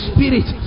Spirit